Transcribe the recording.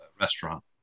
restaurant